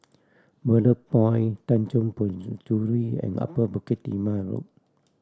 Bedok Point Tanjong Penjuru and Upper Bukit Timah Road